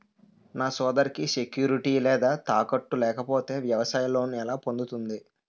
నా సోదరికి సెక్యూరిటీ లేదా తాకట్టు లేకపోతే వ్యవసాయ లోన్ ఎలా పొందుతుంది?